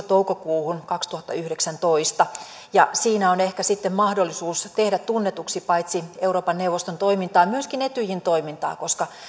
toukokuuhun kaksituhattayhdeksäntoista siinä on ehkä sitten mahdollisuus tehdä tunnetuksi paitsi euroopan neuvoston toimintaa myöskin etyjin toimintaa koska